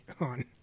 on